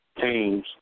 teams